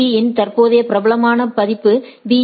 பீ இன் தற்போதுய பிரபலமான பதிப்பு பி